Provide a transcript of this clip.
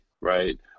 right